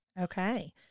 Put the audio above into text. Okay